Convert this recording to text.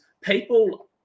people